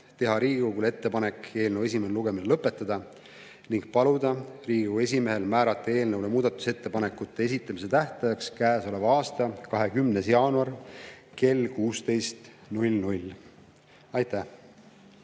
teha Riigikogule ettepaneku eelnõu esimene lugemine lõpetada ning paluda Riigikogu esimehel määrata eelnõule muudatusettepanekute esitamise tähtajaks käesoleva aasta 20. jaanuar kell 16. Aitäh!